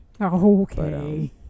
Okay